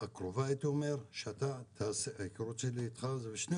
הקרובה משני הכובעים,